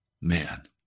man